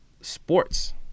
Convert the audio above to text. sports